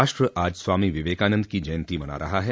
राष्ट्र आज स्वामी विवेकानंद की जयंती मना रहा है